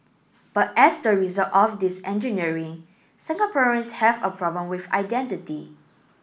but as the result of this engineering Singaporeans have a problem with identity